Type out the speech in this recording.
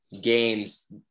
games